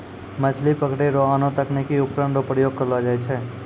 मछली पकड़ै रो आनो तकनीकी उपकरण रो प्रयोग करलो जाय छै